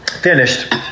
Finished